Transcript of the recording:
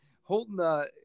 Holton –